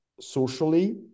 socially